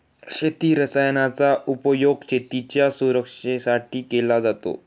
शेती रसायनांचा उपयोग शेतीच्या सुरक्षेसाठी केला जातो